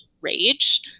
rage